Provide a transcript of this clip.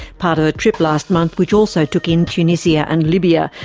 part of a trip last month which also took in tunisia and libya,